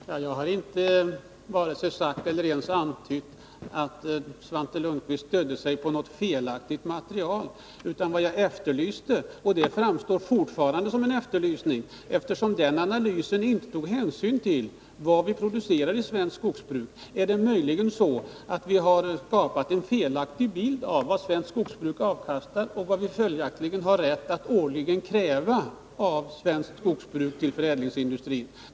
Herr talman! Jag har inte vare sig sagt eller antytt att Svante Lundkvist stödde sig på felaktigt material. Analysen tar emellertid inte hänsyn till vad vi producerar i svenskt skogsbruk. Har vi möjligen skapat en felaktig bild av vad svenskt skogsbruk avkastar och vad vi följaktligen har rätt att årligen kräva av svenskt skogsbruk till förädlingsindustrin?